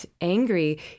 angry